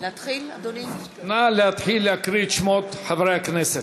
נא להתחיל להקריא את שמות חברי הכנסת.